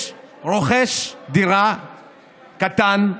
יש רוכש דירה קטן,